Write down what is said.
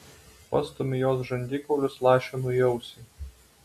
pastumiu jos žandikaulius lašinu į ausį